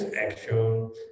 action